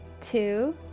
Two